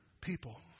People